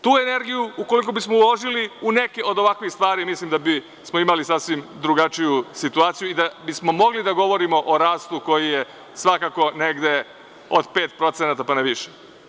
Tu energiju, ukoliko bismo uložili u neke od ovakvih stvari, mislim da bismo imali sasvim drugačiju situaciju i da bismo mogli da govorimo o rastu koji je svakako negde od 5%, pa na više.